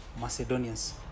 Macedonians